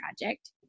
project